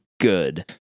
good